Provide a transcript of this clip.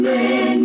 Men